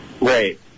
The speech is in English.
Right